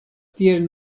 tiel